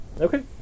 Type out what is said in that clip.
Okay